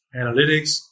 analytics